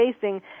facing